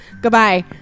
Goodbye